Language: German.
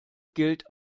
gilt